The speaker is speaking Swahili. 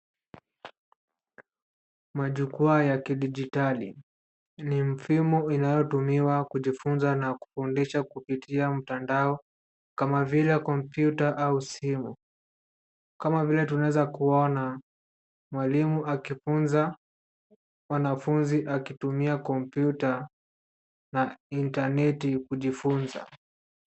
Majukwaa ya kidijitali. Ni mfumo inatumiwa kujifunza na kufundisha kupitia mtandao kama vile kompyuta au simu, kama vile tunaweza kuona mwalimu akifunza wanafunzi akitumia kompyuta na intaneti kujifunza.